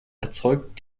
erzeugt